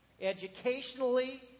educationally